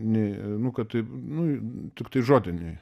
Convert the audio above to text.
nei nu kad taip nu tiktai žodiniai